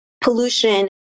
pollution